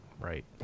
right